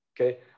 okay